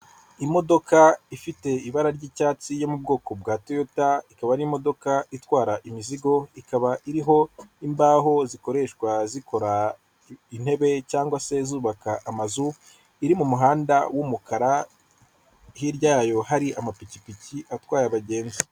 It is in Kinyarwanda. Imodoka ifite ibara ry'icyatsi yo mu bwoko bwa toyota ikaba ari imodoka itwara imizigo ikaba iriho imbaho zikoreshwa zikora intebe cyangwa se zubaka amazu iri mu muhanda w'umukara hirya yayo hari amapikipiki atwaye abagenzi.